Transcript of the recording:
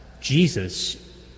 Jesus